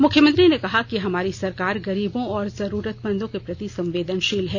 मुख्यमंत्री ने कहा कि हमारी सरकार गरीबों और जरुरतमंदों के प्रति संवेदनशील है